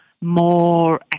more